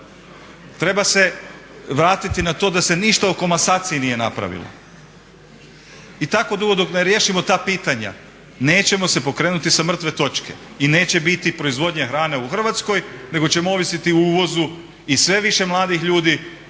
treba se vratiti na to da se ništa o komesaciji nije napravilo. I tako dugo dok ne riješimo ta pitanja nećemo se pokrenuti sa mrtve točke i neće biti proizvodnje hrane u Hrvatskoj nego ćemo ovisiti o uvozu i sve više mladih ljudi